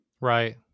Right